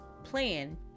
Plan